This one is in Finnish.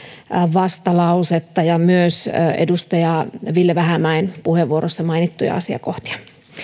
vastalausetta ja myös edustaja ville vähämäen puheenvuorossa mainittuja asiakohtia